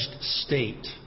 state